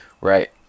Right